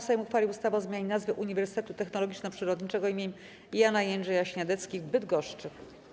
Sejm uchwalił ustawę o zmianie nazwy Uniwersytetu Technologiczno-Przyrodniczego im. Jana i Jędrzeja Śniadeckich w Bydgoszczy.